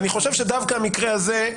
אני חושב שדווקא המקרה הזה,